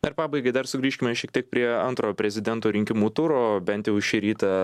dar pabaigai dar sugrįžkime šiek tiek prie antrojo prezidento rinkimų turo bent jau šį rytą